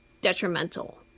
detrimental